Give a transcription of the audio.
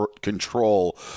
control